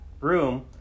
room